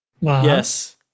Yes